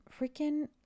freaking